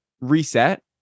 reset